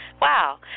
Wow